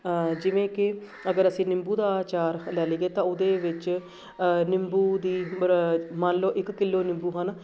ਜਿਵੇਂ ਕਿ ਅਗਰ ਅਸੀਂ ਨਿੰਬੂ ਦਾ ਅਚਾਰ ਲੈ ਲਈਏ ਤਾਂ ਉਹਦੇ ਵਿੱਚ ਨਿੰਬੂ ਦੀ ਮ੍ਰ ਮੰਨ ਲਓ ਇੱਕ ਕਿਲੋ ਨਿੰਬੂ ਹਨ